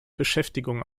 beschäftigung